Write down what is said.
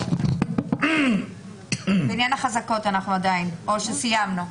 אנחנו עדיין בעניין החזקות או סיימנו?